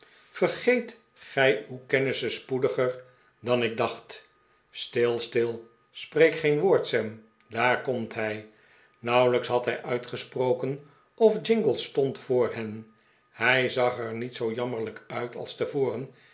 vergeet gij uw kennissen spoediger dan ik dacht stil stil spreek geen woord sam daar komt hij nauwelijks had hij uitgesproken of jingle stond voor hen hij zag er niet zoo jammerlijk uit als tevoren